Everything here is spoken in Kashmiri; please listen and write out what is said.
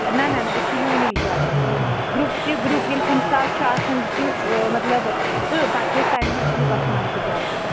نہَ نہَ نہَ أسۍ چھِ یوٗنیٖک گٮ۪وان یوٗنیٖک گرٛوٗپ تہِ گرٛوٗپ ییٚلہِ کُنہِ ساتہٕ چھُ آسان تیُتھ مطلب تہٕ پَتہٕ چھِ أسۍ تَمہِ وِزِ گرٛوٗپَس منٛز تہِ گٮ۪وان